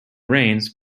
rains